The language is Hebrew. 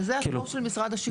אז זה התור של משרד השיכון.